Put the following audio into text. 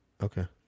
okay